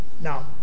Now